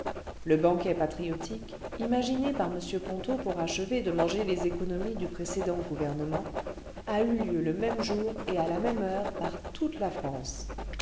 le vingtième siècle patriotique imaginé par m ponto pour achever de manger les économies du précédent gouvernement a eu lieu le même jour et à la même heure par toute la france